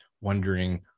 wondering